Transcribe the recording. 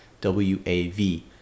W-A-V